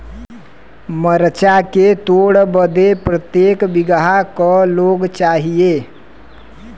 मरचा के तोड़ बदे प्रत्येक बिगहा क लोग चाहिए?